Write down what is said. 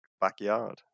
backyard